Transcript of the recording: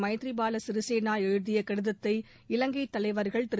மைத்ரிபால சிறிசேனா எழுதிய கடிதத்தை இலங்கைத் தலைவர்கள் திரு